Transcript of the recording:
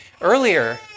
Earlier